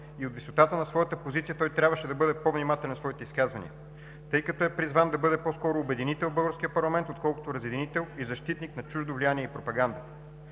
и от висотата на своята позиция трябваше да бъде по-внимателен в своите изказвания, тъй като е призван да бъде по-скоро обединител в българския парламент, отколкото разединител и защитник на чуждо влияние и пропаганда.